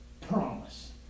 promise